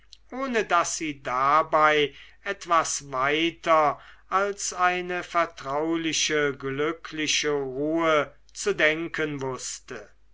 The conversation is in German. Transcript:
ohne daß sie dabei etwas weiter als eine vertrauliche glückliche ruhe zu denken wußte